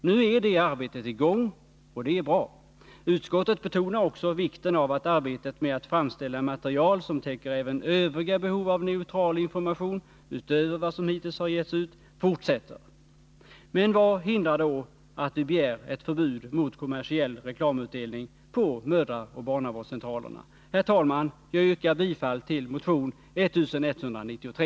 Nu är det arbetet i gång, och det är bra. Utskottet betonar också vikten av att arbetet med att framställa material, som täcker även övriga behov av neutral information utöver vad som hittills getts ut, fortsätter. Men vad hindrar då att vi begär ett förbud mot kommersiell reklamutdelning på mödraoch barnavårdscentralerna? Herr talman, jag yrkar bifall till motion 1193.